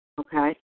okay